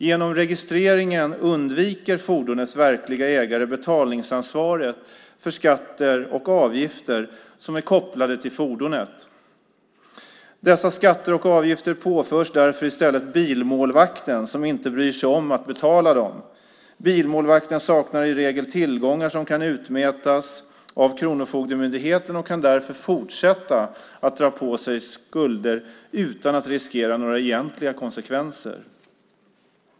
Genom registreringen undviker fordonets verkliga ägare betalningsansvaret för skatter och avgifter som är kopplade till fordonet. Dessa skatter och avgifter påförs därför i stället bilmålvakten, som inte bryr sig om att betala dem. Bilmålvakten saknar i regel tillgångar som kan utmätas av Kronofogdemyndigheten och kan därför fortsätta att dra på sig skulder utan att riskera några egentliga konsekvenser.